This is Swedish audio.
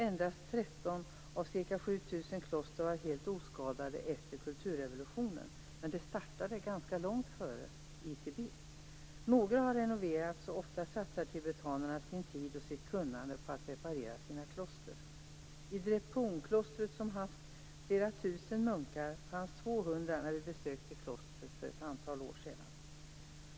Endast 13 av ca 7 000 kloster är helt oskadade efter kulturrevolutionen, men det hela startade ganska långt innan dess i Tibet. Några kloster har renoverats - tibetanerna satsar ofta sin tid och sitt kunnande på detta. I Drepung-klostret, som hyst flera tusen munkar fanns 200 kvar när jag besökte klostret för ett antal år sedan.